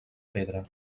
pedra